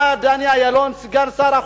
בא דני אילון, סגן שר החוץ,